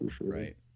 right